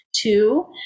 Two